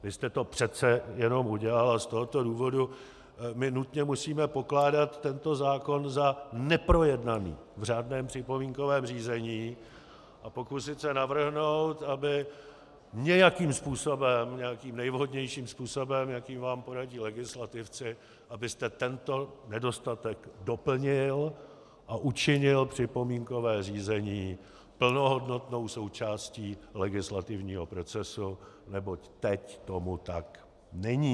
Vy jste to přece jenom udělal a z tohoto důvodu my nutně musíme pokládat tento zákon za neprojednaný v řádném připomínkovém řízení a pokusit se navrhnout, aby nějakým způsobem, nějakým nejvhodnějším způsobem, jaký vám poradí legislativci, abyste tento nedostatek doplnil a učinil připomínkové řízení plnohodnotnou součástí legislativního procesu, neboť teď tomu tak není.